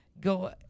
go